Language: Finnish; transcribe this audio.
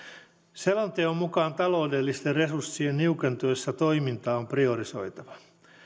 selonteon mukaan taloudellisten resurssien niukentuessa toimintaa on priorisoitava